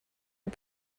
est